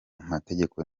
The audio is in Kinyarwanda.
mategeko